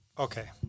Okay